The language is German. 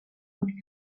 und